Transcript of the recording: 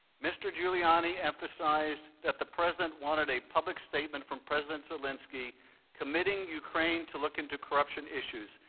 mr. giuliani emphasized that the president wanted a public statement from president zelensky committing ukraine to look into corruption issues,